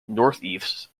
northeast